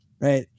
right